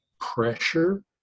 pressure